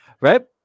Right